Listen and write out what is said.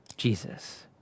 Jesus